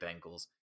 Bengals